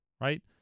Right